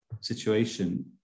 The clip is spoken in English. situation